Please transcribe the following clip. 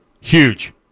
huge